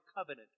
Covenant